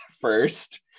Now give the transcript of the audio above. first